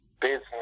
business